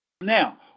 Now